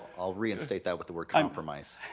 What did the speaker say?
i'll reinstate that with the word compromise.